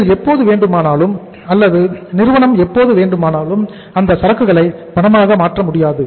நீங்கள் எப்போது வேண்டுமானாலும் அல்லது நிறுவனம் எப்போது வேண்டுமானாலும் அந்த சரக்குகளை பணமாக மாற்ற முடியாது